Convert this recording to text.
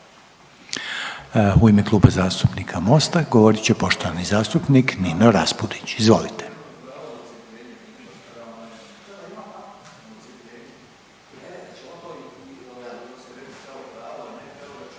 u ime Kluba zastupnika SDP-a govoriti poštovani zastupnik Arsen Bauk. Izvolite.